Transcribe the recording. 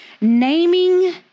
naming